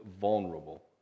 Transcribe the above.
vulnerable